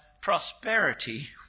prosperity